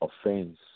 offense